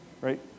right